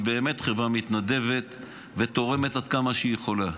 היא באמת חברה מתנדבת ותורמת עד כמה שהיא יכולה.